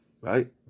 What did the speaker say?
right